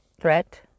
threat